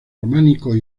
románicos